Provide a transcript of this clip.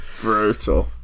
brutal